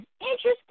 interesting